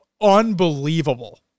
unbelievable